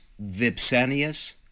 Vipsanius